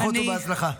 ברכות ובהצלחה.